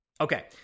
Okay